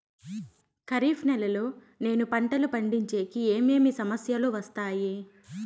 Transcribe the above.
ఖరీఫ్ నెలలో నేను పంటలు పండించేకి ఏమేమి సమస్యలు వస్తాయి?